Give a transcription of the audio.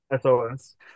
SOS